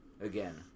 Again